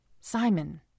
Simon